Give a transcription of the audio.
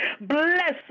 bless